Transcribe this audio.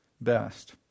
best